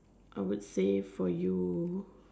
I would say for you